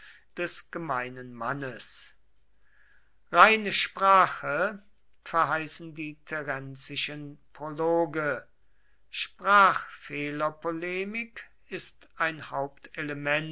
des gemeinen mannes reine sprache verheißen die terenzischen prologe sprachfehlerpolemik ist ein